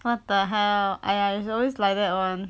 what the hell !aiya! it's always like that [one]